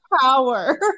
power